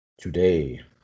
today